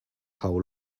how